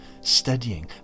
studying